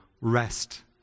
rest